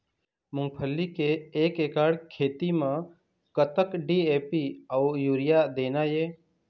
मूंगफली के एक एकड़ खेती म कतक डी.ए.पी अउ यूरिया देना ये?